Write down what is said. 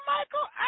Michael